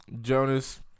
Jonas